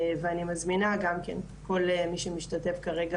אני מזמינה גם כן את כל מי שמשתתף כרגע